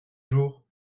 jours